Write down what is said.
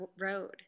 road